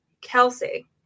Kelsey